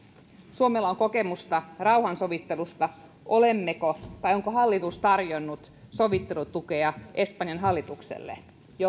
suomella on kokemusta rauhansovittelusta onko hallitus tarjonnut sovittelutukea espanjan hallitukselle